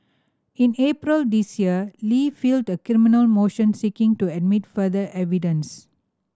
in April this year Li filed a criminal motion seeking to admit further evidence